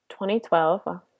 2012